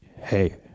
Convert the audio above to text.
hey